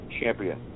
champion